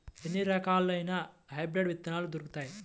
ఎన్ని రకాలయిన హైబ్రిడ్ విత్తనాలు దొరుకుతాయి?